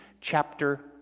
chapter